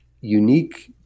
unique